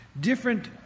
Different